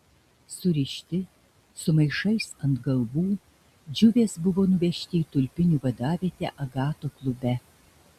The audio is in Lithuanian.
surišti su maišais ant galvų džiuvės buvo nuvežti į tulpinių vadavietę agato klube